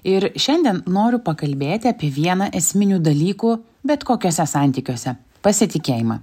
ir šiandien noriu pakalbėti apie vieną esminių dalykų bet kokiuose santykiuose pasitikėjimą